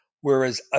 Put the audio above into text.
whereas